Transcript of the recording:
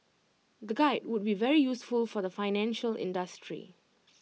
the guide would be very useful for the financial industry